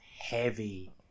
heavy